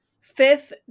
fifth